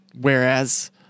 whereas